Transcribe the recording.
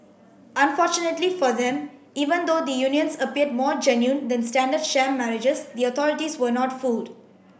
unfortunately for them even though the unions appeared more genuine than standard sham marriages the authorities were not fooled